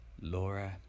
Laura